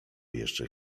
jeszcze